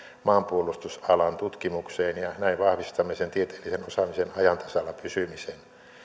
maanpuolustusalan tutkimukseen ja näin vahvistamme sen tieteellisen osaamisen ajan tasalla pysymisen